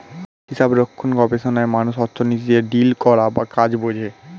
হিসাবরক্ষণ গবেষণায় মানুষ অর্থনীতিতে ডিল করা বা কাজ বোঝে